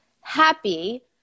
happy